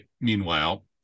meanwhile